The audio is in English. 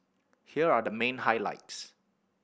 here are the main highlights